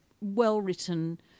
well-written